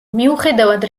მიუხედავად